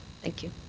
thank you.